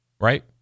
right